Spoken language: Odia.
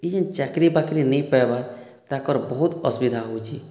ଇ ଯେନ୍ ଚାକିରି ବାକିରି ନେଇ ପାଇବାର ତାଙ୍କର ବହୁତ ଅସୁବିଧା ହେଉଛେ